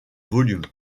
volumes